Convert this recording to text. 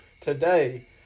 Today